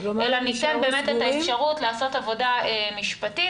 אלא ניתן את האפשרות לעשות עבודה משפטית